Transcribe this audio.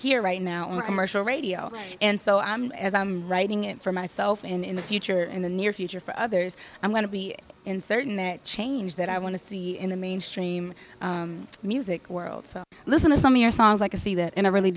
marshall radio and so i'm as i'm writing it for myself and in the future in the near future for others i'm going to be in certain that change that i want to see in the mainstream music world so listen to some of your songs like to see that and i really